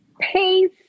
Peace